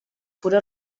pura